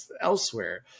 elsewhere